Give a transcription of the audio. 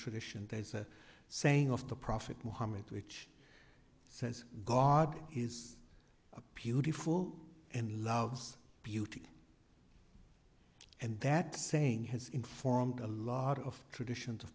tradition there's a saying of the prophet mohammed which says god is a beautiful and laos beauty and that saying has informed a lot of traditions of